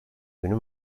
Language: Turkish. günü